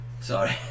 Sorry